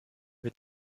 wird